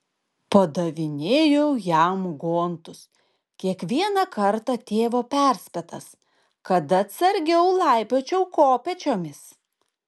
padavinėjau jam gontus kiekvieną kartą tėvo perspėtas kad atsargiau laipiočiau kopėčiomis